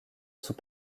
sous